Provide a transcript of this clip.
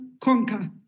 conquer